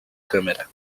câmera